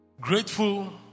Grateful